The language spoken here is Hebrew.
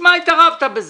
בשביל מה התערב בזה?